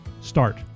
Start